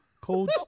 cold